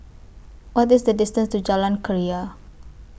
What IS The distance to Jalan Keria